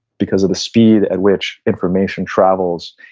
because of the speed at which information travels,